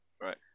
right